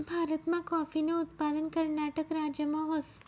भारतमा काॅफीनं उत्पादन कर्नाटक राज्यमा व्हस